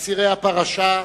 אסירי הפרשה,